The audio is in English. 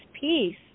peace